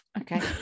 okay